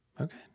Okay